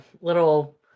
little